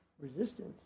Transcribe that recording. resistance